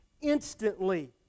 instantly